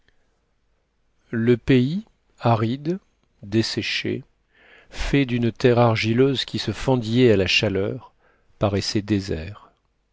le pays aride desséché fait d'une terre argileuse qui se fendillait à la chaleur paraissait désert